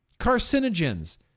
carcinogens